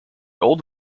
old